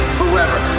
forever